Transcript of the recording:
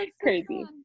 crazy